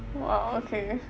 !wow! okay